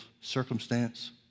circumstance